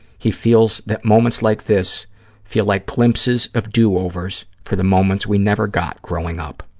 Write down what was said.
he feels that moments like this feel like glimpses of do-overs for the moments we never got growing up.